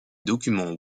documents